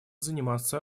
заниматься